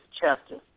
chapter